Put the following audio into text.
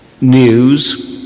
news